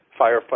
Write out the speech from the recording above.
firefighters